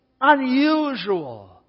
unusual